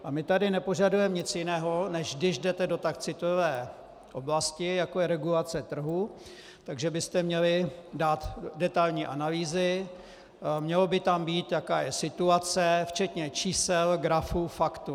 A my tu nepožadujeme nic jiného, než když jdete do tak citlivé oblasti, jako je regulace trhu, tak že byste měli dát detailní analýzy, mělo by tam být, jaká je situace, včetně čísel, grafů, faktů.